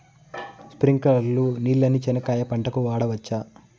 స్ప్రింక్లర్లు నీళ్ళని చెనక్కాయ పంట కు వాడవచ్చా?